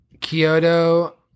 Kyoto